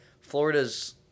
Florida's